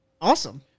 Awesome